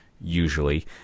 usually